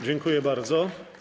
Dziękuję bardzo.